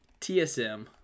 TSM